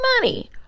money